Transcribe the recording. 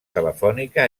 telefònica